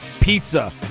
pizza